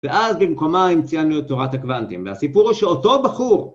ואז במקומה המציאנו את תורת הקוונטים, והסיפור הוא שאותו בחור...